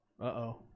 Uh-oh